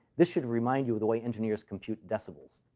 this should remind you of the way engineers compute decibels.